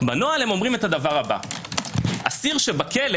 בנוהל אומרים: אסיר שבכלא